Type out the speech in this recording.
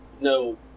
No